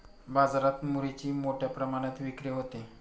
बाजारात मुरीची मोठ्या प्रमाणात विक्री होते